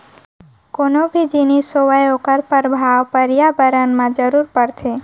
कोनो भी जिनिस होवय ओखर परभाव परयाबरन म जरूर परथे